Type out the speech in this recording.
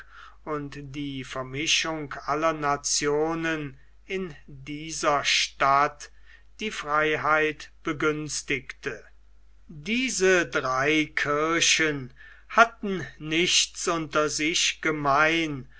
und die vermischung aller nationen in dieser stadt die freiheit begünstigte diese drei kirchen hatten nichts unter sich gemein